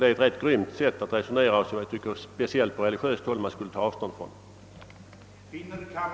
Detta är ett grymt sätt att resonera, och särskilt på religiöst håll borde man ta avstånd från det.